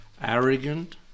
arrogant